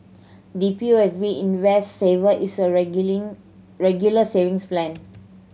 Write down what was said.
the P O S B Invest Saver is a Regular Savings Plan